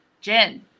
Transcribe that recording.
jen